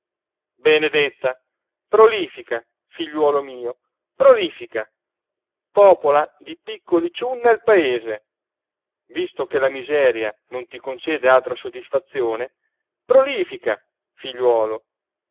benedetta prolífica figliuolo mio prolífica pòpola di piccoli ciunna il paese visto che la miseria non ti concede altra soddisfazione prolífica figliuolo